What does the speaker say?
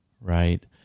right